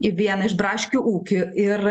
į vieną iš braškių ūkių ir